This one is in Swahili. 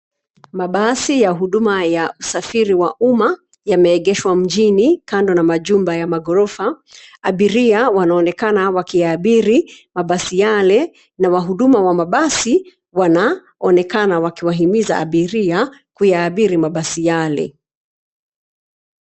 Mabasi ya huduma ya usafiri wa uma yameegeshwa mjini kando na majumba ya magorofa, abiria wanoonekana wakiyaabiri mabasi yale na wahuduma wa mabasi wanaonekana wakiwahimiza abiria kuyaabiri mabasi yale.